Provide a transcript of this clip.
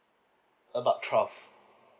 about twelve